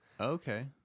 okay